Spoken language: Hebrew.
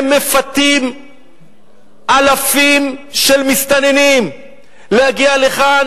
הם מפתים אלפים של מסתננים להגיע לכאן